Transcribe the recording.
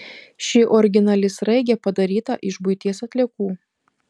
ši originali sraigė padaryta iš buities atliekų